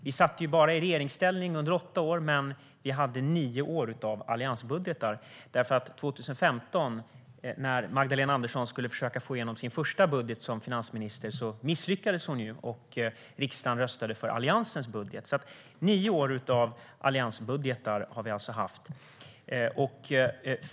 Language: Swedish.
Vi satt i regeringsställning under bara åtta år, men vi hade nio år med alliansbudgetar. När Magdalena Andersson skulle försöka få igenom sin första budget 2015 misslyckades hon nämligen då riksdagen röstade för Alliansens budget. Vi har alltså haft nio år med alliansbudgetar.